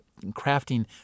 crafting